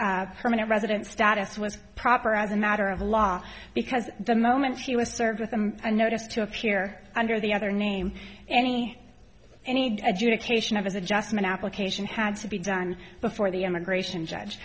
as permanent resident status was proper as a matter of law because the moment he was served with him a notice to appear under the other name any any adjudication of his adjustment application had to be done before the immigration judge